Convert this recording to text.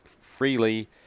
freely